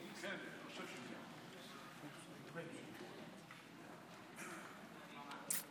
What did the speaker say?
אדוני היושב-ראש, חבריי חברי הכנסת,